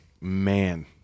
man